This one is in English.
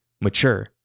mature